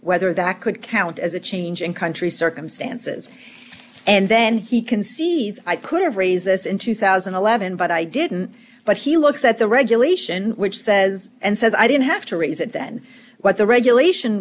whether that could count as a change in country circumstances and then he concedes i could have raised this in two thousand and eleven but i didn't but he looks at the regulation which says and says i don't have to raise it then what the regulation